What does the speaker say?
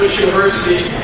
university